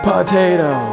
Potato